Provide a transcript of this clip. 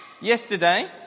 yesterday